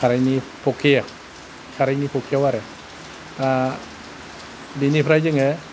खारैनि फखेयाव खारैनि फखेयाव आरो दा बेनिफ्राय जोङो